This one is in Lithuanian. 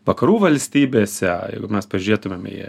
vakarų valstybėse jeigu mes pažiūrėtumėm į